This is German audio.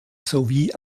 sowie